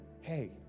hey